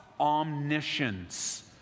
omniscience